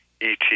ET